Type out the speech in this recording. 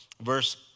Verse